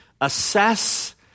assess